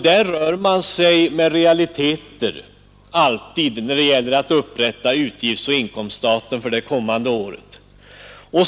Där rör man sig alltid med realiteter när det gäller att upprätta utgiftsoch inkomststaten för det kommande året.